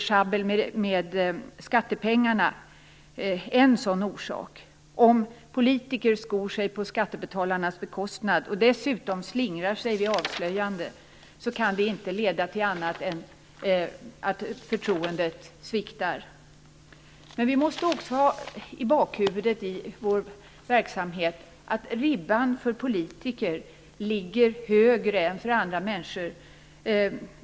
Schabbel med skattepengarna är naturligtvis en sådan orsak. Om politiker skor sig på skattebetalarnas bekostnad och dessutom slingrar sig vid avslöjande kan det inte leda till annat än att förtroendet sviktar. Vi måste också ha i bakhuvudet i vår verksamhet att ribban för politiker ligger högre än för andra människor.